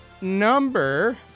number